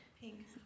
Pink